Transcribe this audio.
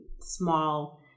small